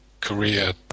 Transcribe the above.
Korea